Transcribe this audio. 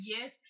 Yes